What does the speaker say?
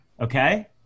okay